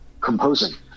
composing